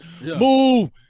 move